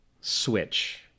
switch